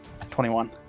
21